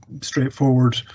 straightforward